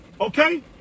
okay